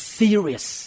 serious